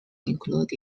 included